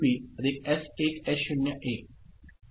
A तर हे असे दिसेल